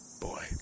Boy